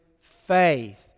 faith